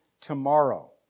tomorrow